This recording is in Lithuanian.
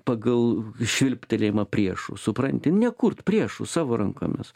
pagal švilptelėjimą priešų supranti nekurt priešų savo rankomis